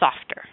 softer